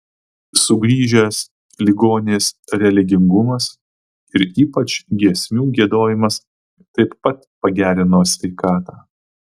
sugrįžęs ligonės religingumas ir ypač giesmių giedojimas taip pat pagerino sveikatą